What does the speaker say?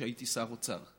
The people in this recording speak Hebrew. כשהייתי שר אוצר.